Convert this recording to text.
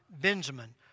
Benjamin